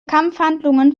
kampfhandlungen